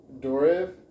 Doriv